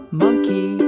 monkey